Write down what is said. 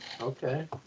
Okay